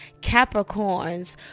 Capricorns